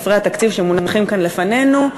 שנמצאת בספרי התקציב שמונחים כאן לפנינו.